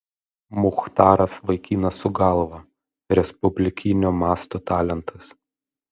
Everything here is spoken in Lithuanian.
muchtaras vaikinas su galva respublikinio masto talentas